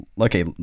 okay